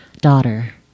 daughter